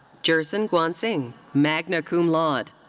jerson guansing, magna cum laude.